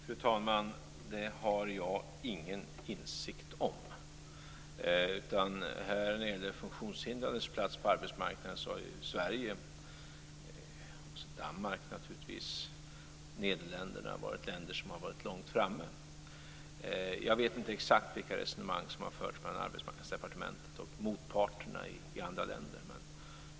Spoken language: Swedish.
Fru talman! Det har jag ingen insikt om. När det gäller de funktionshindrades plats på arbetsmarknaden har Sverige, och även Danmark och Nederländerna, varit långt framme. Jag vet inte exakt vilka resonemang som har förts mellan Arbetsmarknadsdepartementet och motparterna i andra länder.